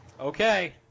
Okay